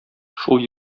шул